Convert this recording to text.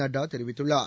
நட்டா தெரிவித்துள்ளார்